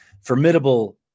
formidable –